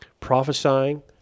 prophesying